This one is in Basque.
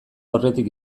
aurretik